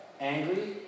angry